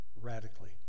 radically